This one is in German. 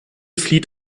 flieht